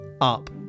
up